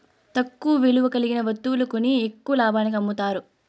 తక్కువ విలువ కలిగిన వత్తువులు కొని ఎక్కువ లాభానికి అమ్ముతారు